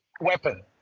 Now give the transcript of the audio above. weapon